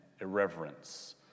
irreverence